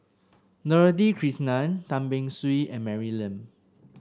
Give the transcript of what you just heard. Dorothy Krishnan Tan Beng Swee and Mary Lim